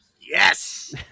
yes